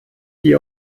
die